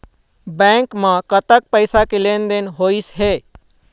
Bank म कतक पैसा के लेन देन होइस हे?